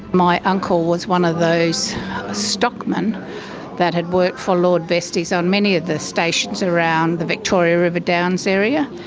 my uncle was one of those stockmen that had worked for lord vestey so on many of the stations around the victoria river downs area.